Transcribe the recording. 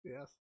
Yes